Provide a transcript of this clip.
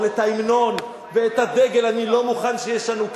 אבל את ההמנון ואת הדגל, אני לא מוכן שישָנוּ.